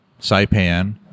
saipan